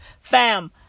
Fam